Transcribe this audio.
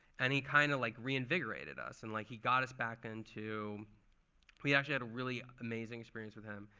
and he kind of like reinvigorated us. and like he got us back into we actually had a really amazing experience with him.